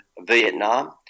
Vietnam